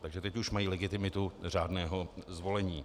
Takže teď už mají legitimitu řádného zvolení.